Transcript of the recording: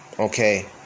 Okay